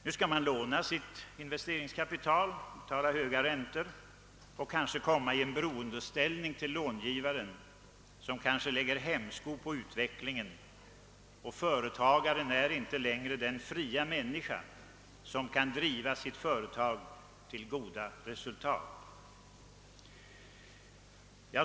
Nu skall man låna sitt investeringskapital, betala höga räntor och kanske komma i en beroendeställning till långivaren som kan lägga hämsko på utvecklingen, och företagaren är inte längre den fria människa som kan driva sitt företag till goda resultat.